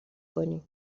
کنی